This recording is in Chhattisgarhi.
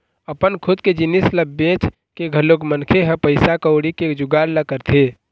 अपन खुद के जिनिस ल बेंच के घलोक मनखे ह पइसा कउड़ी के जुगाड़ ल करथे